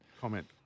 Comment